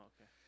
okay